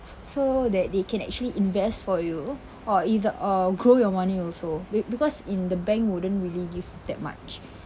so that they can actually invest for you or either or grow your money also because in the bank wouldn't really give that much